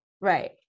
Right